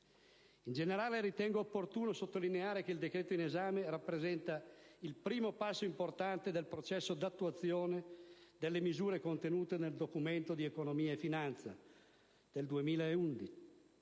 In generale ritengo opportuno sottolineare che il decreto in esame rappresenta il primo passo importante del processo d'attuazione delle misure contenute nel Documento di economia e finanza del 2011,